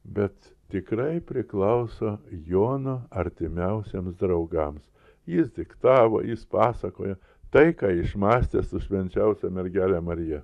bet tikrai priklauso jono artimiausiems draugams jis diktavo jis pasakojo tai ką išmąstė su švenčiausia mergele marija